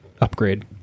upgrade